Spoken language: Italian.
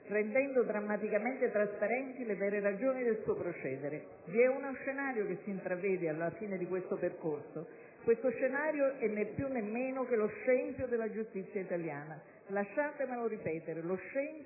rendendo drammaticamente trasparenti le vere ragioni del suo procedere. Vi è uno scenario che si intravede, alla fine di questo percorso. Questo scenario è né più né meno che lo scempio della giustizia italiana. Lasciatemelo ripetere: lo scempio